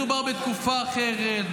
מדובר בתקופה אחרת,